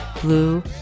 Blue